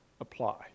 apply